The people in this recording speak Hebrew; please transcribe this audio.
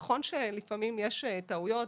נכון שלפעמים יש טעויות,